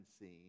seen